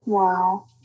Wow